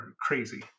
crazy